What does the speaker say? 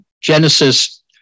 Genesis